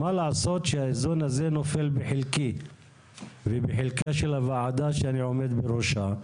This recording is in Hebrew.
מה לעשות שהאיזון הזה נופל בחלקי ובחלקה של הוועדה שאני עומד בראשה,